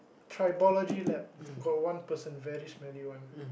tribology lab got one person very smelly one